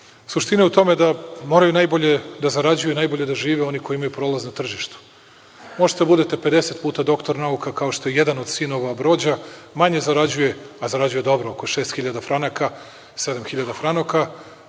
Suština je u tome da moraju najbolje da zarađuju i najbolje da žive oni koji imaju prolaz na tržištu. Možete da budete pedeset puta doktor nauka, kao što je jedan od sinova Ambrođa, manje zarađuje, a zarađuje dobro, oko 6.000 franaka, 7.000 franaka,